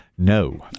No